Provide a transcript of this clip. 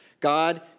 God